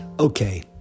Okay